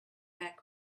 back